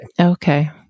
Okay